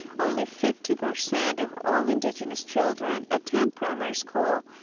only fifty percent of all indigenous children attend primary school,